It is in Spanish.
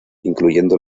incluyendo